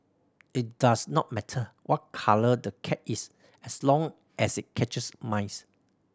it does not matter what colour the cat is as long as it catches mice